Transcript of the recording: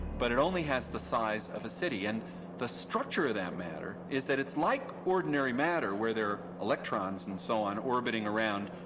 but it only has the size of a city. and the structure of that matter is that it's like ordinary matter, where there are electrons and so on orbiting around,